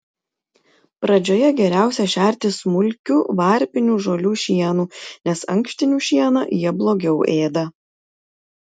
pradžioje geriausia šerti smulkiu varpinių žolių šienu nes ankštinių šieną jie blogiau ėda